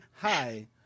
hi